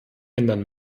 ändern